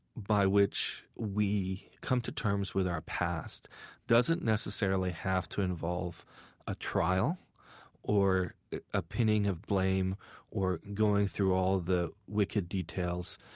by which we come to terms with our past doesn't necessarily have to involve a trial or a pinning of blame or going through all of the wicked details